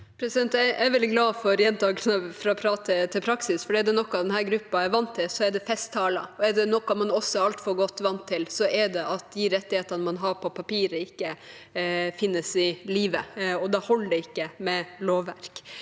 Jeg er veldig glad for gjentakelsen «fra prat til praksis», for er det noe denne gruppa er vant til, er det festtaler. Noe annet man er altfor godt vant til, er at de rettighetene man har på papiret, ikke finnes i livet, og da holder det ikke med lovverk.